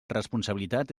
responsabilitat